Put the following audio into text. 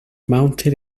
mounted